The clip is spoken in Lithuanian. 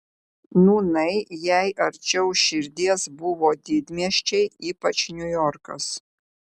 nūnai jai arčiau širdies buvo didmiesčiai ypač niujorkas